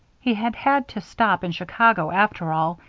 he had had to stop in chicago, after all,